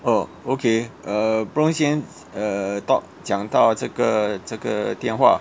oh okay uh 不然先 err talk 讲到这个这个电话